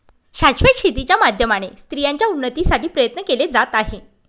शाश्वत शेती च्या माध्यमाने स्त्रियांच्या उन्नतीसाठी प्रयत्न केले जात आहे